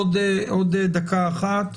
עוד דקה אחת.